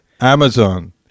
Amazon